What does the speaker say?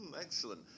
Excellent